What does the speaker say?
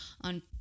on